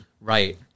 Right